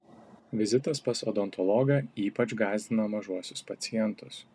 vizitas pas odontologą ypač gąsdina mažuosius pacientus